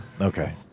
Okay